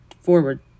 forward